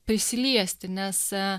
prisiliesti nes